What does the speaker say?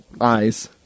eyes